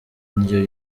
indyo